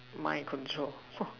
my control